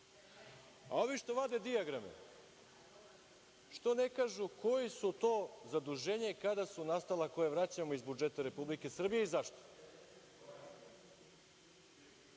A ovi što vade dijagram, što ne kažu koja su to zaduženja, kada su nastala ako ih vraćamo iz budžeta Republike Srbije i zašto?